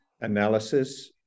analysis